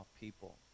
people